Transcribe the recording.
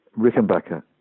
Rickenbacker